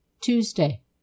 Tuesday